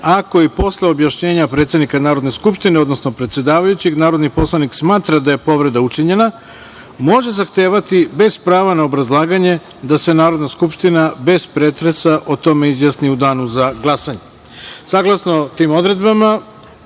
ako i posle objašnjenja predsednika Narodne skupštine, odnosno predsedavajućeg, narodni poslanik smatra da je povreda učinjena, može zahtevati bez prava na obrazlaganje da se Narodna skupština bez pretresa o tome izjasni u danu za glasanje. Saglasno tim odredbama